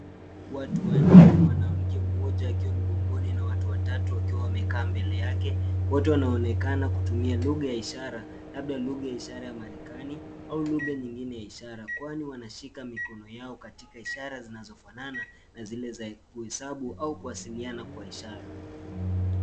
Watu wanne mwanamke mmoja akiwa mgogoni na watu watatu wakiwa wamekaa mbele yake. Wote wanaonekana kutumia lugha ya ishara labda lugha ya ishara ya marekani au lugha nyingine ya ishara kwani wanashika mikono yao katika ishara zinazofanana na zile za kuhesabu au kuwasiliana kwa ishara.